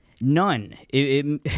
None